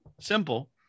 simple